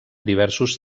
diversos